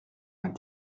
vingt